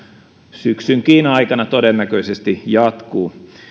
syksynkin aikana todennäköisesti jatkuu